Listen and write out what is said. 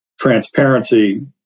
transparency